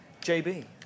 JB